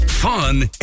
Fun